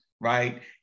right